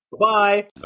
Bye